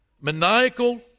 maniacal